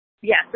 yes